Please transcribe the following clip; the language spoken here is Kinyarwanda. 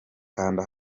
kanda